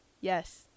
yes